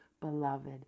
beloved